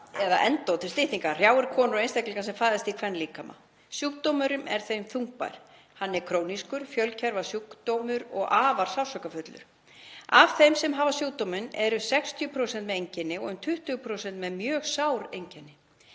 eða endó til styttingar, hrjáir konur og einstaklinga sem fæðast í kvenlíkama. Sjúkdómurinn er þeim þungbær, hann er krónískur fjölkerfasjúkdómur og afar sársaukafullur. Af þeim sem hafa sjúkdóminn eru um 60% með einkenni og um 20% með mjög sár einkenni.